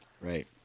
Right